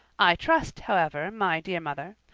i trust, however, my dear mother,